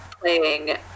playing